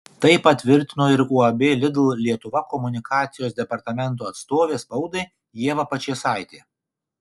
tai patvirtino ir uab lidl lietuva komunikacijos departamento atstovė spaudai ieva pačėsaitė